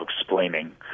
explaining